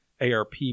ARP